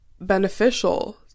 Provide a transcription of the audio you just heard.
beneficial